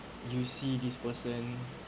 you see this person